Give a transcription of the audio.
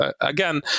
Again